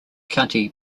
county